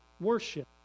worship